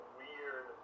weird